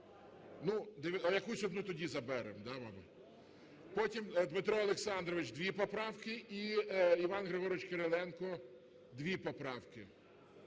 Ну, якусь одну тоді заберемо? Потім Дмитро Олександрович, дві поправки. І Іван Григорович Кириленко, дві поправки.